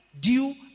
due